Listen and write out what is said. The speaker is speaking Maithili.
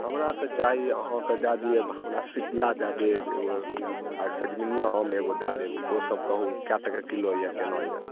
हमरा तऽ चाही अहाँकऽ दै दिअ हमरा सीपिआ दै देब एगो आर सजमनिआँ आम एगो दै देब ओ सब कहू कै टके किलो यऽ केना यऽ